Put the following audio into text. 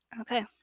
Okay